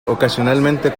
ocasionalmente